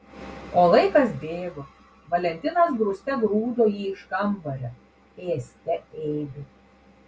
o laikas bėgo valentinas grūste grūdo jį iš kambario ėste ėdė